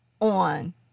on